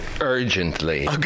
urgently